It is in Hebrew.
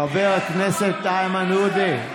חבר הכנסת איימן עודה,